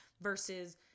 versus